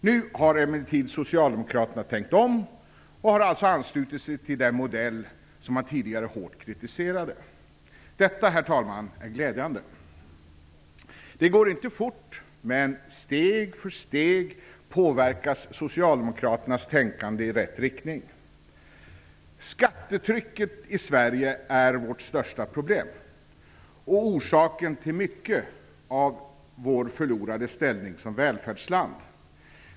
Nu har emellertid Socialdemokraterna tänkt om och alltså anslutit sig till den modell som man tidigare hårt kritiserade. Detta, herr talman, är glädjande. Det går inte fort, men steg för steg påverkas Socialdemokraternas tänkande i rätt riktning. Skattetrycket i Sverige är vårt största problem och orsaken till mycket av vår förlorade ställning som välfärdsland.